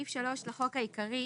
סעיף 3 לחוק העיקרי